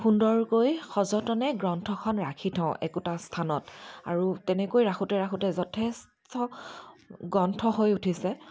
সুন্দৰকৈ সযতনে গ্ৰন্থখন ৰাখি থওঁ একোটা স্থানত আৰু তেনেকৈ ৰাখোঁতে ৰাখোঁতে যথেষ্ট গ্ৰন্থ হৈ উঠিছে